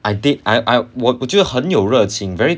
I did I I 我觉得很有热情 very